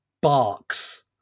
barks